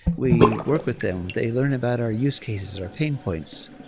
we work with them. they learn about our use cases, our pain points.